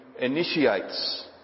initiates